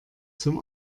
zum